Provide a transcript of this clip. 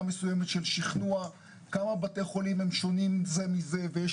מסוימת של שכנוע כמה בתי חולים הם שונים זה מזה ויש